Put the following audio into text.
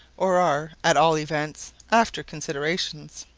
or are, at all events, after-considerations.